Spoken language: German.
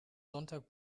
sonntag